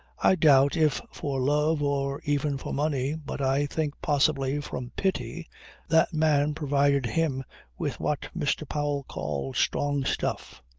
i doubt if for love or even for money, but i think possibly, from pity that man provided him with what mr. powell called strong stuff.